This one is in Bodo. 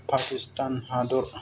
पाकिस्तान हादर